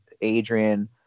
Adrian